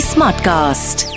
Smartcast